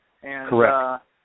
Correct